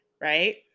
right